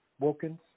Wilkins